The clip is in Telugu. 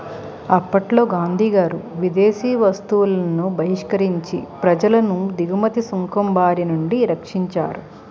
అప్పట్లో గాంధీగారు విదేశీ వస్తువులను బహిష్కరించి ప్రజలను దిగుమతి సుంకం బారినుండి రక్షించారు